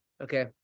Okay